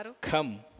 come